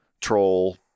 troll